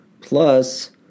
plus